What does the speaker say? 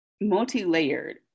multi-layered